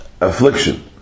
affliction